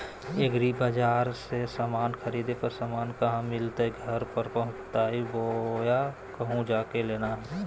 एग्रीबाजार से समान खरीदे पर समान कहा मिलतैय घर पर पहुँचतई बोया कहु जा के लेना है?